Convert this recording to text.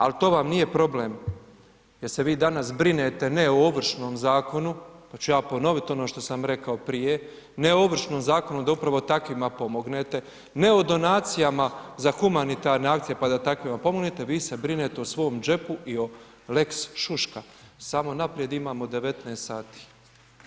Ali to vam nije problem jer se vi danas brinete ne o Ovršnom zakonu, pa ću ja ponoviti ono što sam rekao prije, ne o Ovršnom zakonu da upravo takvima pomognete, ne o donacijama za humanitarne akcije, pa da takvima pomognete, vi se brinete o svom džepu i o lex šuška, samo naprijed imamo 19 sati.